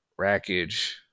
Rackage